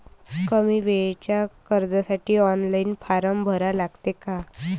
कमी वेळेच्या कर्जासाठी ऑनलाईन फारम भरा लागते का?